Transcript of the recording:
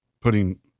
putting